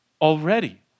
already